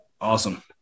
Awesome